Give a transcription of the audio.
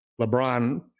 LeBron